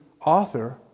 author